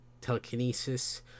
telekinesis